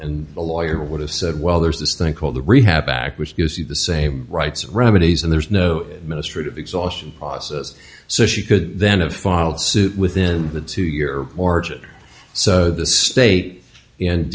a lawyer would have said well there's this thing called the rehab act which gives you the same rights and remedies and there's no ministry of exhaustion process so she could then of filed suit within the two year margin so the state and